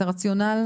את הרציונל